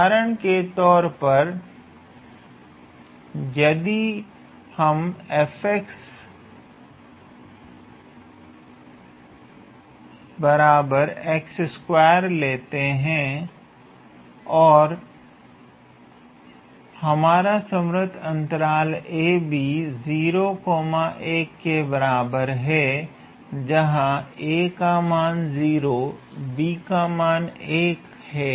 उदाहरण के तौर पर यदि हम 𝑓 𝑥 बराबर लेते हैं और हमारा संवृतअंतराल 𝑎b 0 1 के बराबर है जहां 𝑎 का मान 0 और 𝑏 का मान 1 है